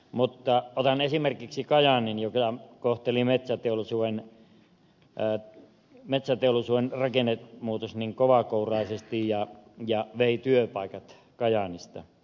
mutta otan esimerkiksi kajaanin jota kohteli metsäteollisuuden rakennemuutos niin kovakouraisesti ja vei työpaikat kajaanista